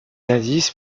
indices